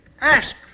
ask